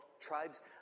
tribes